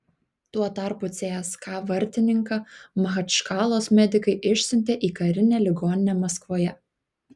tuo tarpu cska vartininką machačkalos medikai išsiuntė į karinę ligoninę maskvoje